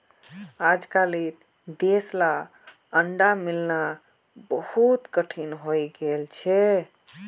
अजकालित देसला अंडा मिलना बहुत कठिन हइ गेल छ